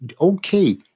Okay